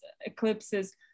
eclipses